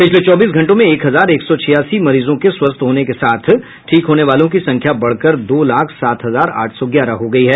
पिछले चौबीस घंटों में एक हजार एक सौ छियासी मरीजों के स्वस्थ होने के साथ ठीक होने वालों की संख्या बढ़कर दो लाख सात हजार आठ सौ ग्यारह हो गयी है